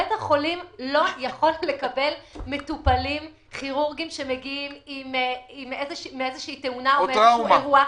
בית החולים לא יכול לקבל מטופלים כירורגיים שמגיעים מתאונה או אירוע,